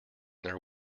their